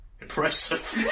impressive